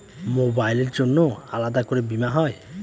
মোবাইলের জন্য আলাদা করে বীমা হয়?